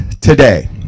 today